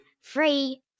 Free